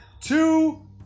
two